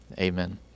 Amen